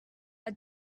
are